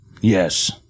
Yes